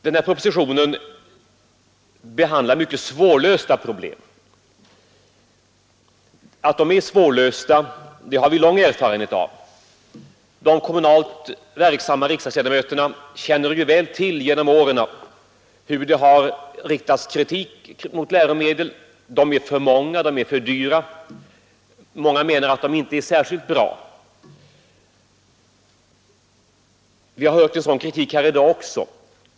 Den här propositionen behandlar mycket svårlösta problem. Att de är svårlösta har vi lång erfarenhet av. De kommunalt verksamma riksdagsledamöterna känner ju väl till hur det genom åren har riktats kritik mot läromedlen. De är för många. De är för dyra. Många menar att de inte är särskilt bra. Vi har hört sådan kritik här i dag också.